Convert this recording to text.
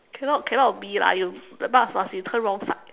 cannot cannot be lah you the bus must be turn wrong side